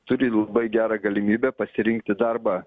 turi labai gerą galimybę pasirinkti darbą